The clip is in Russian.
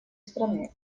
страны